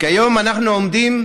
כיום אנחנו עומדים